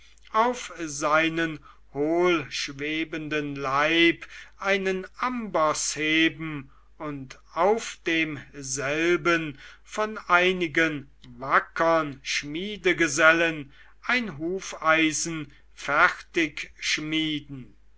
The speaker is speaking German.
auf seinen hohlschwebenden leib einen amboß heben und auf demselben von einigen wackern schmiedegesellen ein hufeisen fertig schmieden